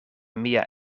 mia